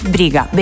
Briga